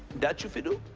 that your fiddle?